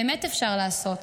באמת אפשר לעשות.